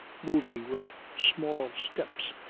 moving with small steps,